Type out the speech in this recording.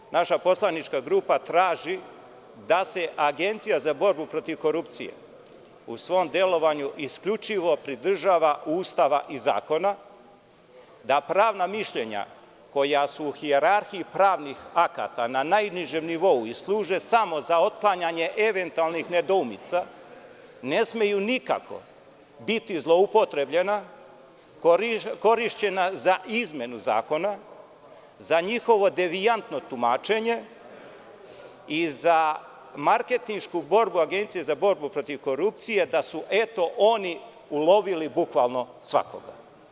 Zbog toga naša poslanička grupa traži da se Agencija za borbu protiv korupcije u svom delovanju isključivo pridržava Ustava i zakona, da pravna mišljenjakoja su hijerarhiji pravnih akta na najnižem nivou i služe samo za otklanjanje eventualnih nedoumica, ne smeju nikako biti zloupotrebljena, korišćena za izmenu zakona, za njihovo devijantno tumačenje i za marketinšku borbu Agencija za borbu protiv korupcije, da su eto oni ulovili bukvalno svakoga.